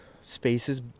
spaces